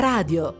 Radio